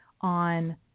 on